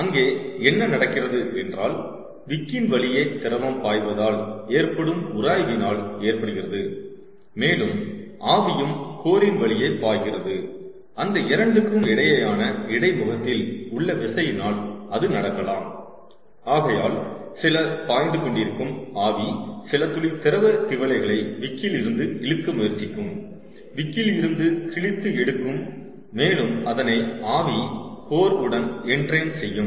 அங்கே என்ன நடக்கிறது என்றால் விக்கின் வழியே திரவம் பாய்வதால் ஏற்படும் உராய்வினால் ஏற்படுகிறது மேலும் ஆவியும் கோரின் வழியே பாய்கிறது அந்த 2 க்கும் இடையேயான இடைமுகத்தில் உள்ள விசையினால் அது நடக்கலாம் ஆகையால் சில பாய்ந்து கொண்டிருக்கும் ஆவி சில துளி திரவ திவலைகளை விக்கில் இருந்து இழுக்க முயற்சிக்கும் விக்கில் இருந்து கிழித்து எடுக்கும் மேலும் அதனை ஆவி கோர் உடன் என்ட்ரெயின் செய்யும்